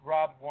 Rob